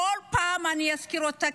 בכל פעם אני אזכיר אותה,